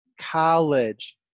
college